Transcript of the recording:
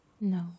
No